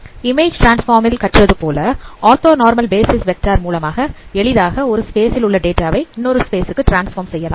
image transform ல் கற்றது போல ஆர்த்தோ நார்மல் பேசிஸ் வெக்டார் மூலமாக எளிதாக ஒரு ஸ்பேஸ் ல் உள்ள டேட்டாவை இன்னொரு ஸ்பேஸ்க்கு டிரான்ஸ்பார்ம் செய்யலாம்